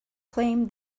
claim